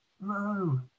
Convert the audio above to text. no